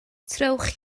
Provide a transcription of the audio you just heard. trowch